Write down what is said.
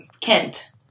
Kent